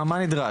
מה נדרש?